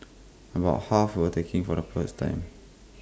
about half were taking for the first time